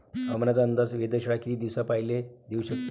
हवामानाचा अंदाज वेधशाळा किती दिवसा पयले देऊ शकते?